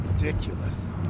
Ridiculous